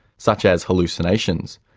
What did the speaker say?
such as hallucinations.